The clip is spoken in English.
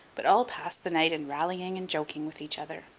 but all passed the night in rallying and joking with each other.